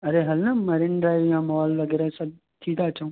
अड़े हलु न मरीन ड्राइव या मॉल वग़ैरह सभु थी था अचूं